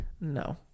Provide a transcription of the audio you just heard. No